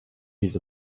hielt